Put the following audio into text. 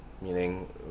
meaning